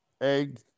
egg